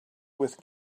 with